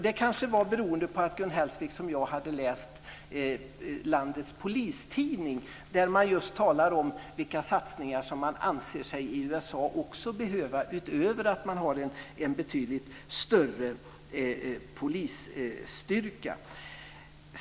Det kanske berodde på att hon, liksom jag, hade läst landets polistidning, där det just talas om vilka satsningar de anser sig behöva i USA utöver att de har en betydligt större polisstyrka.